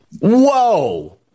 whoa